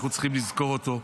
אנחנו צריכים לזכור אותו.